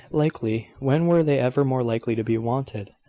likely! when were they ever more likely to be wanted,